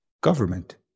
government